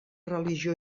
religió